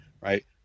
right